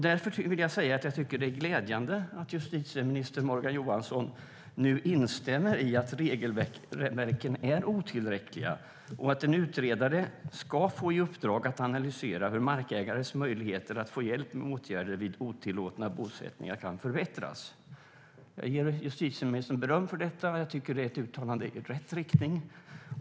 Därför tycker jag att det är glädjande att justitieminister Morgan Johansson nu instämmer i att regelverken är otillräckliga och att en utredare ska få i uppdrag att analysera hur markägares möjligheter att få hjälp med åtgärder vid otillåtna bosättningar kan förbättras. Jag ger justitieministern beröm för detta och tycker att det är ett uttalande i rätt riktning.